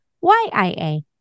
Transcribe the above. Y-I-A